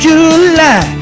July